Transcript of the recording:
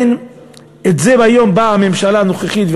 את זה היום באה הממשלה הנוכחית,